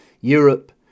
Europe